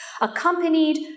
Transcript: Accompanied